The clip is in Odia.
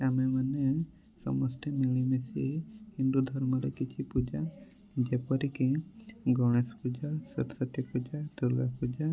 ଆମେ ମାନେ ସମସ୍ତେ ମିଳିମିଶି ହିନ୍ଦୁ ଧର୍ମର କିଛି ପୂଜା ଯେପରି କି ଗଣେଶ ପୂଜା ସରସ୍ୱତୀ ପୂଜା ଦୁର୍ଗା ପୂଜା